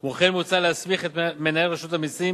כמו כן מוצע להסמיך את מנהל רשות המסים